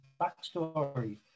backstory